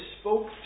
spoke